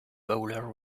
bowler